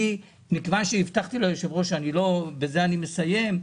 מכיוון שהבטחתי ליושב-ראש שבזה אני מסיים,